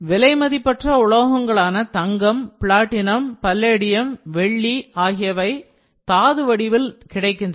விலைமதிப்பற்ற உலோகங்களான தங்கம் பிளாட்டினம் பல்லேடியம் வெள்ளி ஆகியவை ததுகள் வடிவில் கிடைக்கின்றன